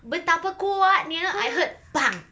betapa kuatnya I heard bang